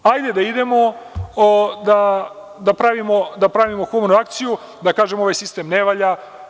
Hajde da idemo da pravimo humanu akciju, da kažemo – ovaj sistem ne valja.